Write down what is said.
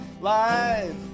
Live